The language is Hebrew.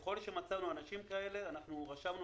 ככל שמצאנו אנשים כאלה רשמנו